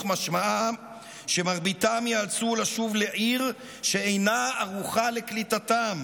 משמעם שמרביתם ייאלצו לשוב לעיר שאינה ערוכה לקליטתם,